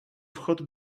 vchod